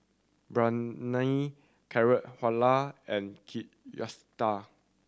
Biryani Carrot Halwa and Kushikatsu